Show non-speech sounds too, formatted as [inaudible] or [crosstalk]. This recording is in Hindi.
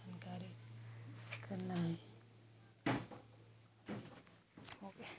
जानकारी करना है [unintelligible] हो गया